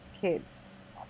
kids